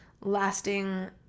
lasting